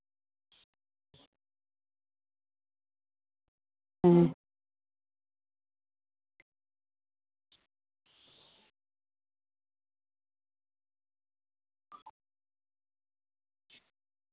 ᱦᱩᱸ